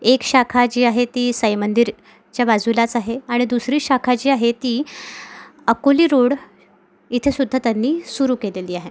एक शाखा जी आहे ती साई मंदिरच्या बाजूलाच आहे आणि दुसरी शाखा जी आहे ती अकोली रोड इथेसुद्धा त्यांनी सुरू केलेली आहे